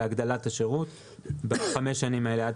להגדלת השירות בחמש השנים האלו.